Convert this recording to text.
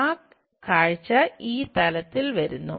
ആ കാഴ്ച ഈ തലത്തിൽ വരുന്നു